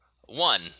one